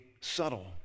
subtle